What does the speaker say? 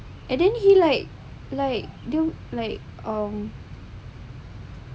and then he like like dia like um